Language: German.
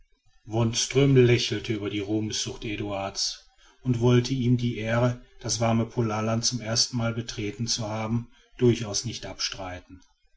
wonström lächelte über die ruhmsucht eduard's und wollte ihm die ehre das warme polarland zum ersten mal betreten zu haben durchaus nicht abstreiten